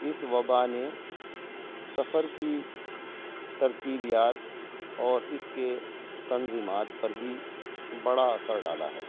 اس وبا نے سفر کی ترتیبیات اور اس کے تنظیمات پر بھی بڑا اثر ڈالا ہے